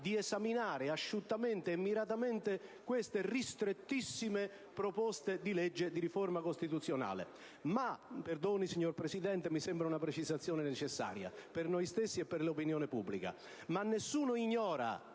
di esaminare asciuttamente e miratamente queste ristrettissime proposte di legge di riforma costituzionale. Ma, perdoni, signora Presidente, mi sembra una precisazione necessaria per noi stessi e per l'opinione pubblica: nessuno ignora,